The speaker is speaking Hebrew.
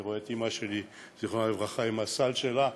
אני רואה את אימא שלי ז"ל עם התרופות שלה.